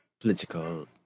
political